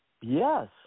Yes